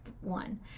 one